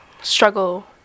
struggle